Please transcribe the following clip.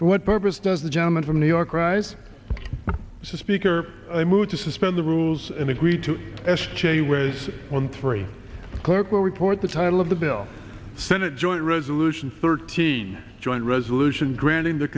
for what purpose does the gentleman from new york rise speaker move to suspend the rules and agree to s j whereas on three clerk will report the title of the bill senate joint resolution thirty joint resolution granting the